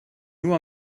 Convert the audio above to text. nur